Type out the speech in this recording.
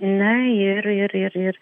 na ir ir ir ir